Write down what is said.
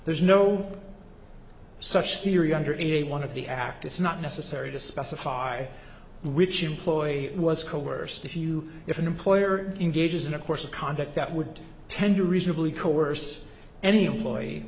there's no such theory under any one of the act it's not necessary to specify which employee was coerced if you if an employer engages in a course of conduct that would tend to reasonably coerce any employee